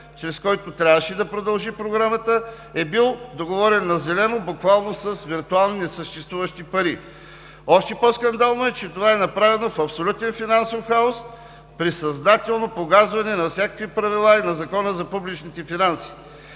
чрез който трябваше да продължи Програмата, е бил договорен на зелено буквално с виртуални, несъществуващи пари. Още по-скандално е, че това е направено в абсолютен финансов хаос при съзнателно погазване на всякакви правила и на Закона за публичните финанси.